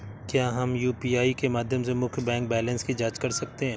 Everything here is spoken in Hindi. क्या हम यू.पी.आई के माध्यम से मुख्य बैंक बैलेंस की जाँच कर सकते हैं?